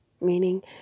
meaning